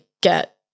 get